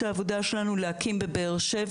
העבודה שלנו לשנה זו להקים בבאר-שבע,